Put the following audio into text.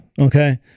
Okay